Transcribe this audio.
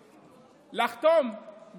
לחתום,